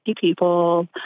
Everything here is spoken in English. people